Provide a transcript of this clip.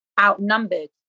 outnumbered